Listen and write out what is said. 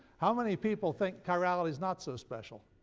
how many people think chirality is not so special?